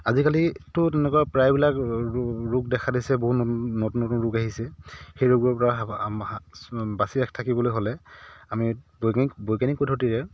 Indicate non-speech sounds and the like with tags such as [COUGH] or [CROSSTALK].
আজিকালিতো তেনেকুৱা প্ৰায়বিলাক ৰোগ দেখা দিছে বহুত নতুন নতুন ৰোগ আহিছে সেই ৰোগৰ পৰা [UNINTELLIGIBLE] বাছি [UNINTELLIGIBLE] থাকিবলৈ হ'লে আমি দৈনিক বৈজ্ঞানিক পদ্ধতিৰে